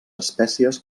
espècies